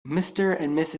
mrs